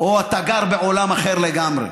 או אתה גר בעולם אחר לגמרי,